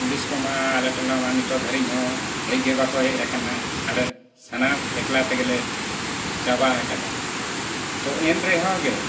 police ᱠᱚᱢᱟ ᱟᱞᱮ ᱴᱚᱞᱟᱢᱟ ᱱᱤᱛᱳᱜ ᱫᱷᱟᱹᱨᱤᱡ ᱦᱚᱸ ᱦᱮᱡᱼᱜᱮ ᱵᱟᱠᱚ ᱦᱮᱡ ᱟᱠᱟᱱᱟ ᱟᱞᱮ ᱥᱟᱱᱟᱢ ᱮᱠᱞᱟ ᱛᱮᱜᱮᱞᱮ ᱪᱟᱵᱟ ᱟᱠᱟᱫᱟ ᱛᱚ ᱮᱱ ᱨᱮᱦᱚᱸ ᱜᱮ